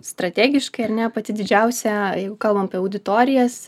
strategiškai ar ne pati didžiausia jeigu kalbam apie auditorijas